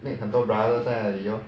哪里很多 brother 在哪里 lor